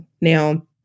Now